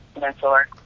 mentor